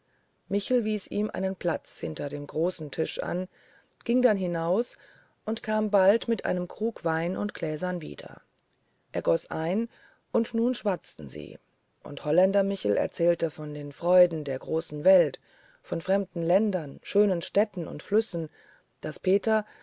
michel wies ihm einen platz hinter dem großen tisch an ging dann hinaus und kam bald mit einem krug wein und gläsern wieder er goß ein und nun schwatzten sie und holländer michel erzählte von den freuden der welt von fremden ländern schönen städten und flüssen daß peter